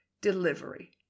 delivery